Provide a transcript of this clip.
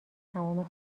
تمام